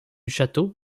château